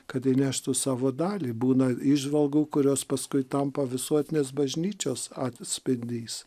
kad įneštų savo dalį būna įžvalgų kurios paskui tampa visuotinės bažnyčios atspindys